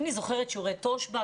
אני זוכרת שיעורי תושב"ע,